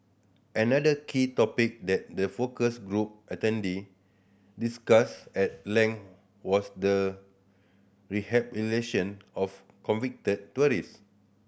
another key topic that the focus group attendee discussed at length was the rehabilitation of convicted tourists